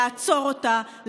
לעצור אותה,